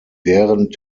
während